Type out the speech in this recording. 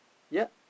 yeap